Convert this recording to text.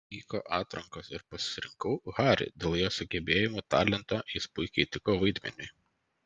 vyko atrankos ir pasirinkau harry dėl jo sugebėjimų talento jis puikiai tiko vaidmeniui